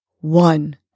one